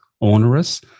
onerous